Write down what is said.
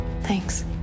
Thanks